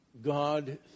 God